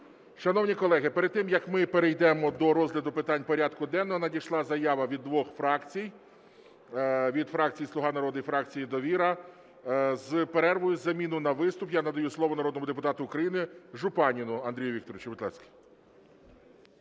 Шановні колеги, перед тим, як ми перейдемо до розгляду питань порядку денного, надійшла заява від двох фракцій, від фракції "Слуга народу" і фракції "Довіра", з перервою із заміною на виступ. Я надаю слово народному депутату України Жупанину Андрію Вікторовичу.